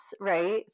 right